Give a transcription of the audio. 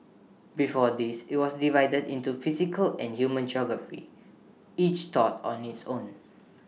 before this IT was divided into physical and human geography each taught on its own